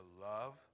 love